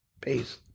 Peace